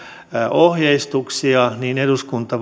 ohjeistuksia niin eduskunta